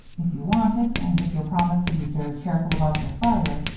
if you want it, and if you'll promise to be very careful about your fire,